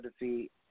defeat